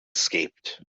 escaped